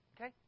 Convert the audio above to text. Okay